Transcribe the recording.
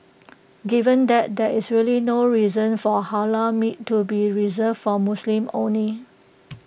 given that there is really no reason for Halal meat to be reserved for Muslims only